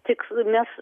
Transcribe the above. tik mes